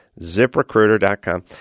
ZipRecruiter.com